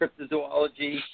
cryptozoology